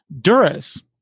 Duras